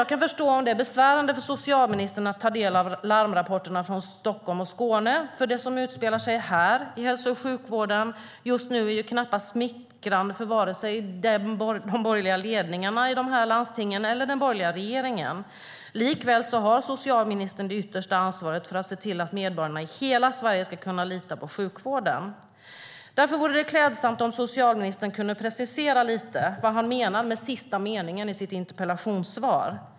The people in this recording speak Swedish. Jag kan förstå om det är besvärande för socialministern att ta del av larmrapporterna från Stockholm och Skåne, för det som utspelar sig i hälso och sjukvården här just nu är knappast smickrande för vare sig de borgerliga ledningarna i de här landstingen eller den borgerliga regeringen. Likväl har socialministern det yttersta ansvaret för att se till att medborgarna i hela Sverige ska kunna lita på sjukvården. Därför vore det klädsamt om socialministern kunde precisera lite vad han menar med sista meningen i sitt interpellationssvar.